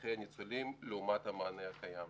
צרכי הניצולים לעומת המענה הקיים.